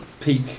peak